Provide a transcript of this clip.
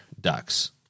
ducks